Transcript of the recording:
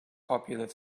popular